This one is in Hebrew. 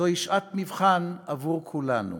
זו שעת מבחן עבור כולנו.